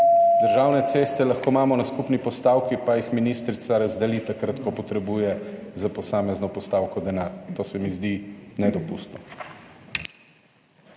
državne ceste na skupni postavki pa jih ministrica razdeli takrat, ko potrebuje za posamezno postavko denar. To se mi zdi nedopustno.